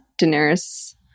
Daenerys